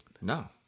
No